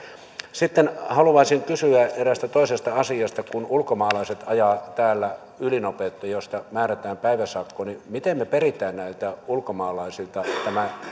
sitten haluaisin kysyä eräästä toisesta asiasta kun ulkomaalaiset ajavat täällä ylinopeutta josta määrätään päiväsakko niin miten me perimme näiltä ulkomaalaisilta tämän